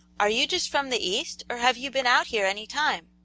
are you just from the east, or have you been out here any time?